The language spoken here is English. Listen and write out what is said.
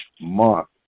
month